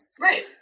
Right